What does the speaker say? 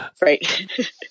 Right